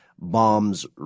bombs